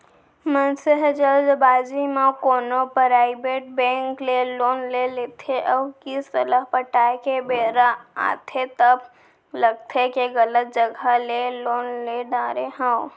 मनसे ह जल्दबाजी म कोनो पराइबेट बेंक ले लोन ले लेथे अउ किस्त ल पटाए के बेरा आथे तब लगथे के गलत जघा ले लोन ले डारे हँव